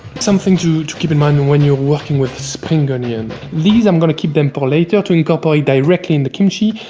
something to to keep in mind when you're working with spring onion. these i'm going to keep them for later to incorporate directly in the kimchi.